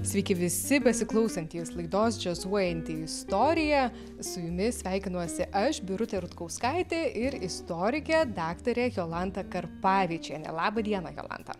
sveiki visi besiklausantys laidos džiazuojanti istorija su jumis sveikinuosi aš birutė rutkauskaitė ir istorikė daktarė jolanta karpavičienė laba diena jolanta